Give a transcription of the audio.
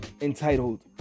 entitled